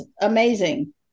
amazing